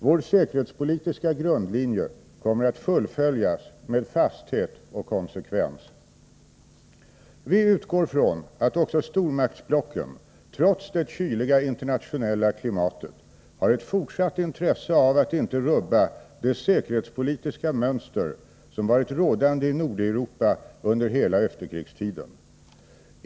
Vår säkerhetspolitiska grundlinje kommer att fullföljas med fasthet och konsekvens. Vi utgår från att också stormaktsblocken, trots det kyliga internationella klimatet, har ett fortsatt intresse av att inte rubba det säkerhetspolitiska mönster som varit rådande i Nordeuropa under hela efterkrigstiden.